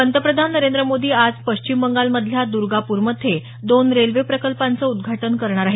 पंतप्रधान नरेंद्र मोदी आज पश्चिम बंगालमधल्या दर्गाप्रमध्ये दोन रेल्वे प्रकल्पांचं उद्घाटन करणार आहेत